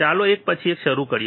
ચાલો એક પછી એક શરૂ કરીએ